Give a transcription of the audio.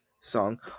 song